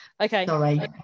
Okay